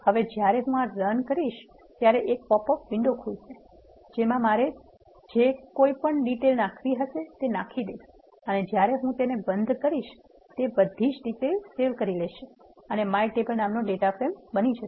હવે જ્યારે હું આ રન કરીશ ત્યારે એક પોપ અપ વિંડો ખુલશે જેમાં મારે જે કાઇપણ ડિટેઇલ નાખવી હશે તે નાખી દઇશ અને જ્યારે હું તે બંધ કરીશ તે બધી ડિટેઇલ સેવ કરી લેશે my table નામના ડેટા ફ્રેમમાં